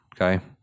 Okay